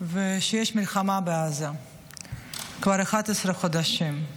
כך שיש מלחמה בעזה כבר 11 חודשים.